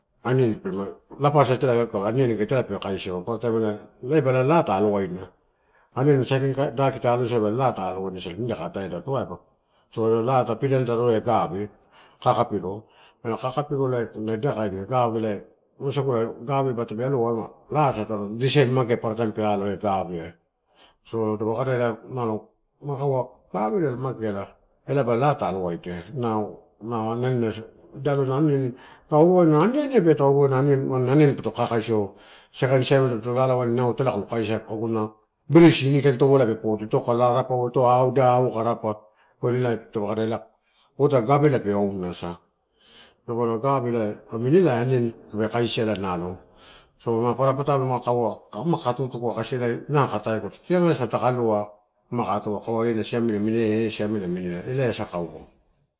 Aniani pe lapasa, logo aniani aga italai pe kaisa on paparataim ela, elaba laa ta alowaina, aniani saikain daki ta alowainasala elai nida ka ate, edato uaiba, so laa ta eh gave, kakapiro. Ela kakapiro na ida kain gave wasagula gave ba te eluo anu laa atorua design magea pe alo so taupe kadaia ma kaua gave la na mageala elaiba laa ta alowaidia, nau nauna. Iao adipu aniani aniani patokakasiaeu sakain siamela tape lalauela wain ina kailo kaisia aguna blesin inikain torola pe podo ito kai lao takaua ito ida auai kai arapa ela pa kadaia ota gavela pe aunasala dapaua gave ela amini ela aniani tu kaisiala so a paparapatalo ma kaua ma kaka kaka tutukua kasi ina. Ka ataeguto siamelasa ma taka aloa, ma kain ena siamela namini eh, ena siamela namini eh elaiasa kaua.